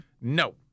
No